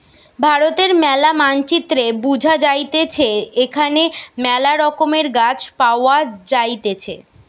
ভারতের ম্যালা মানচিত্রে বুঝা যাইতেছে এখানে মেলা রকমের গাছ পাওয়া যাইতেছে